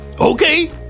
Okay